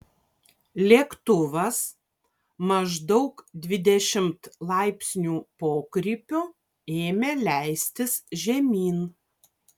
lėktuvas maždaug dvidešimt laipsnių pokrypiu ėmė leistis žemyn